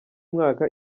mwaka